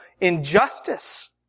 injustice